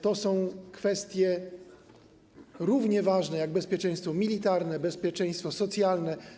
To są kwestie równie ważne jak bezpieczeństwo militarne, bezpieczeństwo socjalne.